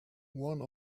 one